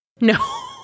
No